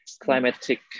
climatic